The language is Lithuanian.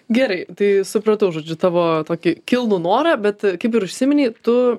gerai tai supratau žodžiu tavo tokį kilnų norą bet kaip ir užsiminei tu